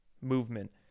movement